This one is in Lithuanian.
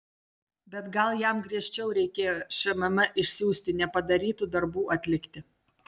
bet gal jam griežčiau reikėjo šmm išsiųsti nepadarytų darbų atlikti